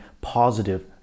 positive